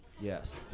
Yes